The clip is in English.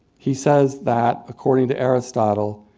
he says that, according to aristotle,